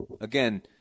again